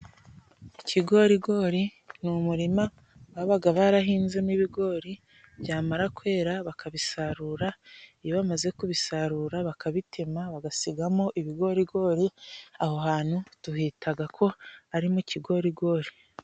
Ikigorigori ni umurima babaga barahinze n'ibigori byamara kwera bakabisarura, iyo bamaze kubisarura bakabitema bagasigamo ibigorigori aho hantu tuhitaga ko ari mu kigorigori.